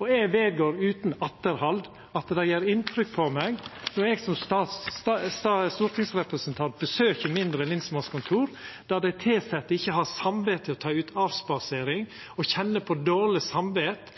Eg vedgår utan atterhald at det gjer inntrykk på meg når eg som stortingsrepresentant besøkjer mindre lensmannskontor der dei tilsette ikkje har samvit til å avspasera og kjenner på dårleg